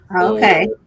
okay